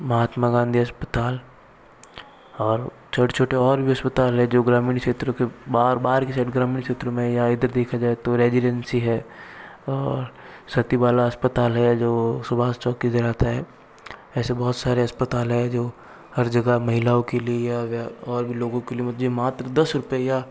महात्मा गांधी अस्पताल और छोटे छोटे और भी अस्पताल है जो ग्रामीण क्षेत्र के बाहर बाहर की साइड ग्रामीण क्षेत्र में या इधर देखा जाए तो रेज़िडेन्सी है और सतीबाला अस्पताल है जो सुभाष चौक के इधर आता है ऐसे बहुत सारे अस्पताल हैं जो हर जगह महिलाओं के लिए या या और भी लोगों के लिए जो मात्र दस रुपये या